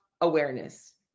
awareness